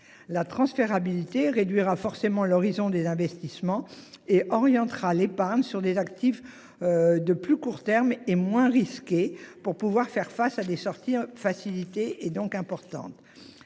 La transférabilité réduira forcément l'horizon des investissements et orientera l'épargne sur des actifs. De plus court terme et moins risqué pour pouvoir faire face à des sorties facilité et donc importante,